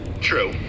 True